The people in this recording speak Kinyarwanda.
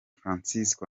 francisco